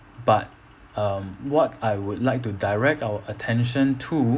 but um what I would like to direct our attention to